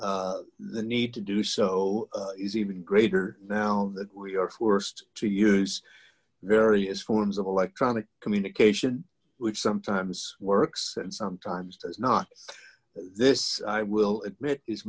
the need to do so is even greater now that we are forced to use various forms of electronic communication which sometimes works and sometimes does not this i will admit is